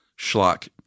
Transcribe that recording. schlock